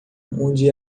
onde